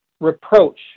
reproach